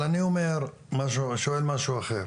אבל אני שואל משהו אחר,